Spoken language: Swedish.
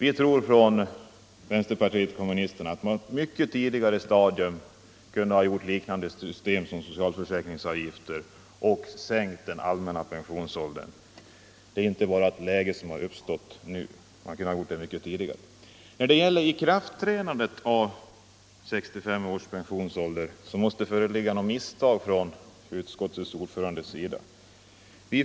Inom vänsterpartiet kommunisterna tror vi att man på ett mycket tidigare stadium hade kunnat genomföra ett system liknande socialförsäkringsavgifterna och sänka den allmänna pensionsåldern. När det gäller ikraftträdandet av pensionsåldern 65 år måste det föreligga något misstag från utskottets ordförandes sida.